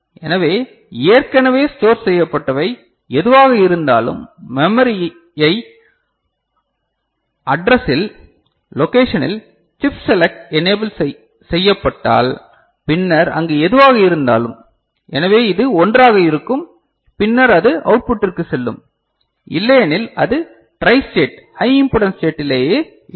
எனவே ஏற்கனவே ஸ்டோர் செய்யப்பட்டவை எதுவாக இருந்தாலும் மெமரியை அட்றஸ்ஸில் லொகேஷனில் சிப் செலக்ட் எனேபில் செய்யப்பட்டால் பின்னர் அங்கு எதுவாக இருந்தாலும் எனவே இது 1 ஆக இருக்கும் பின்னர் அது அவுட்ல்புட்டிற்கு செல்லும் இல்லையெனில் அது ட்ரை ஸ்டேட்டட் ஹை இம்பெடன்ஸ் ஸ்டேட்டிலேயே இருக்கும்